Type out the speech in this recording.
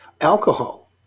alcohol